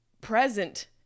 present